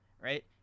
right